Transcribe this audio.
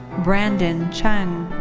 brandon cheng.